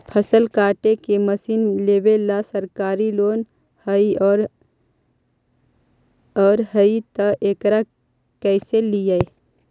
फसल काटे के मशीन लेबेला सरकारी लोन हई और हई त एकरा कैसे लियै?